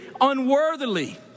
unworthily